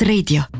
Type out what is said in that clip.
Radio